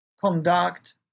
conduct